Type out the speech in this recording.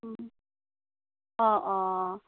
অ' অ'